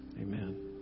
Amen